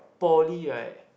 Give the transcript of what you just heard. poly right